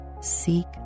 seek